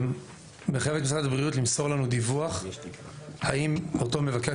מחייב את משרד הבריאות למסור לנו דיווח האם אותו מבקש